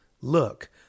Look